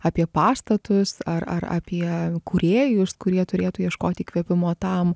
apie pastatus ar ar apie kūrėjus kurie turėtų ieškot įkvėpimo tam